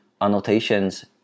annotations